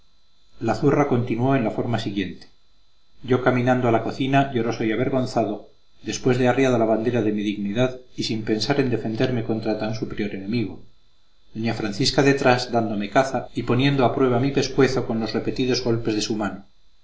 la zurra continuó en la forma siguiente yo caminando a la cocina lloroso y avergonzado después de arriada la bandera de mi dignidad y sin pensar en defenderme contra tan superior enemigo doña francisca detrás dándome caza y poniendo a prueba mi pescuezo con los repetidos golpes de su mano